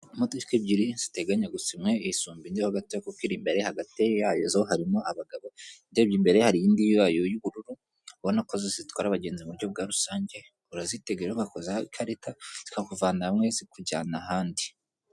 Imodoka ebyiri ziteganya gusa imwe isumba indi ho gato kuko iri imbere hagati yazo harimo abagabo urebye imbere hari iyindi yayo y'ubururu, ubona ko zose zitwara abagenzi mu buryo bwa rusange, urazitega ugakozeho ikarita zikakuvana hamwe zikujyana ahandi.